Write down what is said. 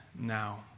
now